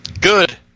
Good